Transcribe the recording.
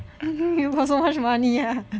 you got so much money ah